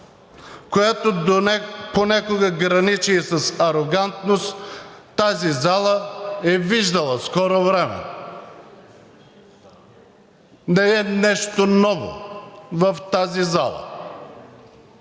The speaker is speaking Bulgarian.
която понякога граничи и с арогантност, тази зала е виждала в скоро време. Не е нещо ново в тази зала,